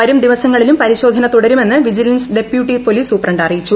വരും ദിവസങ്ങളിലും പരിശോധന തുടരുമെന്ന് വിജിലൻസ് ഡെപ്യൂട്ടി പോലീസ് സൂപ്രണ്ട് അറിയിച്ചു